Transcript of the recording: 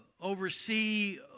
oversee